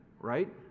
right